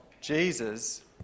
Jesus